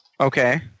Okay